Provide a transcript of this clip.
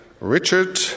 Richard